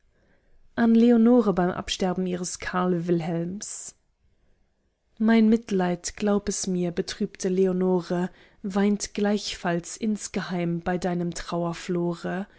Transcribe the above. an leonore bei absterben ihres karl wilhelms mein mitleid glaub es mir betrübte leonore weint gleichfalls insgeheim bei deinem trauerflore